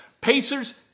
Pacers